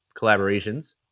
collaborations